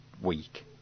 week